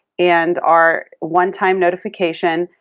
and are one-time notification,